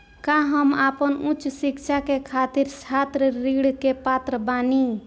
का हम आपन उच्च शिक्षा के खातिर छात्र ऋण के पात्र बानी?